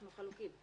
אנחנו חלוקים.